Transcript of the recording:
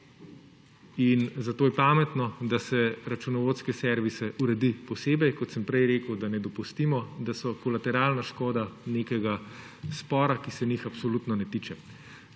in zato je pametno, da se računovodske servise uredi posebej, kot sem prej rekel, da ne dopustimo, da so kolateralna škoda nekega spora, ki se njih absolutno ne tiče.